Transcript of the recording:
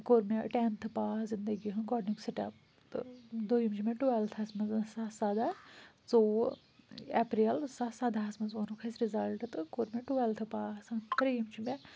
کوٚر مےٚ ٹیٚنتھٕ پاس زِنٛدَگی ہُنٛد گۄڈنیُک سِٹَپ تہٕ دوٚیُم چھُ مےٚ ٹُویلتھس مَنٛز زٕ ساس سَداہ ژوٚوُہ اَپریل زٕ ساس سَداہَس مَنٛز ووٚنُکھ اَسہِ رِزَلٹہٕ تہٕ کوٚر مےٚ ٹُویلتھٕ پاس ترٛییِٚم چھُ مےٚ